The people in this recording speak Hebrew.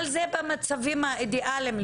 אבל זה במצבים האידיאליים.